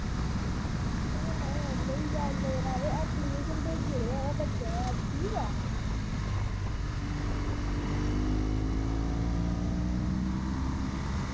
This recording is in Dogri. चलो लेई जाओ ते ओह् एप्लीकेशन भेजी ओड़ेओ बच्चें दे हत्थ ठीक ऐ